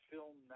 Film